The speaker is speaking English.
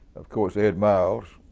of course, ed miles,